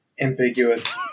ambiguous